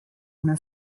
una